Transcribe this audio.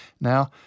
Now